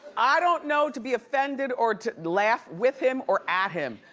i don't know to be offended or to laugh with him or at him.